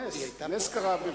נס, נס קרה.